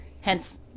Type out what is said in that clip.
Hence